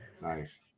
Nice